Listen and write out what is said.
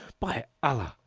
by allah,